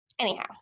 Anyhow